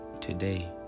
Today